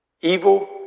evil